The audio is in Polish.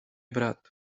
brat